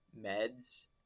Meds